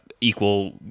equal